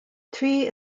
three